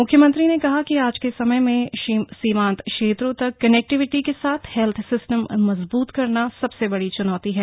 मुख्यमंत्री ने कहा कि आज के समय में सीमांत क्षेत्रों तक कनेक्टिविटि के साथ हेत्थ सिस्टम मजबूत करना सबसे बड़ी चुनौती है